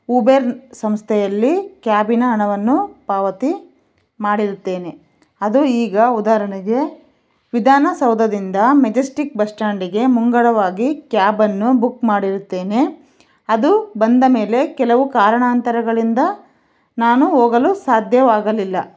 Uber ಸಂಸ್ಥೆಯಲ್ಲಿ ಕ್ಯಾಬಿನ ಹಣವನ್ನು ಪಾವತಿ ಮಾಡಿರುತ್ತೇನೆ ಅದು ಈಗ ಉದಾಹರಣೆಗೆ ವಿಧಾನ ಸೌಧದಿಂದ ಮೆಜೆಸ್ಟಿಕ್ ಬಸ್ಸ್ಟ್ಯಾಂಡಿಗೆ ಮುಂಗಡವಾಗಿ ಕ್ಯಾಬ್ ಅನ್ನು ಬುಕ್ ಮಾಡಿರುತ್ತೇನೆ ಅದು ಬಂದ ಮೇಲೆ ಕೆಲವು ಕಾರಣಾಂತರಗಳಿಂದ ನಾನು ಹೋಗಲು ಸಾಧ್ಯವಾಗಲಿಲ್ಲ